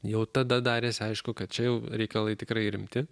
jau tada darėsi aišku kad čia jau reikalai tikrai rimti